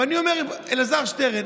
ואני אומר: אלעזר שטרן,